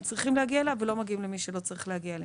צריכים להגיע אליו ולא מגיעים למי שלא צריך להגיע אליהם.